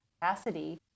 capacity